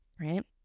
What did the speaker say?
Right